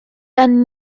gan